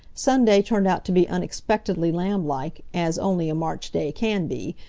sunday turned out to be unexpectedly lamblike, as only a march day can be,